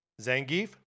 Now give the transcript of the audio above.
Zangief